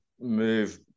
move